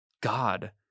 God